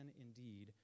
indeed